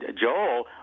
Joel